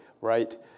right